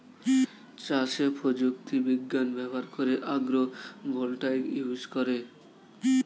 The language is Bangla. চাষে প্রযুক্তি বিজ্ঞান ব্যবহার করে আগ্রো ভোল্টাইক ইউজ করে